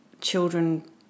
children